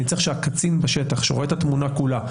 אני צריך שהקצין בשטח שרואה את התמונה כולה,